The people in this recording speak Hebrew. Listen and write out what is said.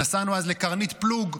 נסענו אז לקרנית פלוג.